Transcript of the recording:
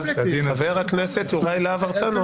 חבר הכנסת יוראי להב הרצנו,